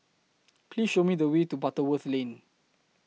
Please Show Me The Way to Butterworth Lane